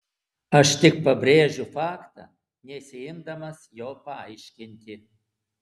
aš tik pabrėžiu faktą nesiimdamas jo paaiškinti